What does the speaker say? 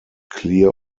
clear